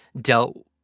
dealt